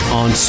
on